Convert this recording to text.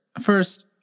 first